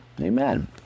Amen